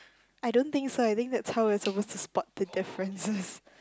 I don't think so I think that's how we're supposed to spot the differences